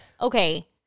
okay